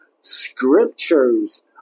scriptures